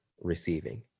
receiving